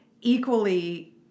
equally